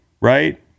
right